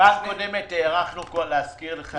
בפעם הקודמת הארכנו פעמיים, להזכיר לך.